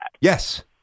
Yes